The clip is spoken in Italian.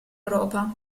europa